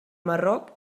marroc